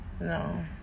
No